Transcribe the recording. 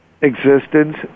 existence